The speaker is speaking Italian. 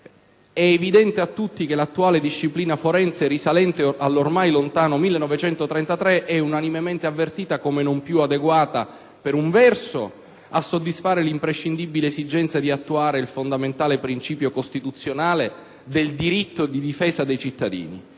È evidente che l'attuale disciplina forense, risalente all'ormai lontano 1933, è unanimemente avvertita come non più adeguata, per un verso, a soddisfare l'imprescindibile esigenza di attuare il fondamentale principio costituzionale del diritto di difesa del cittadino